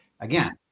Again